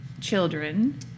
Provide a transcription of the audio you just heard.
children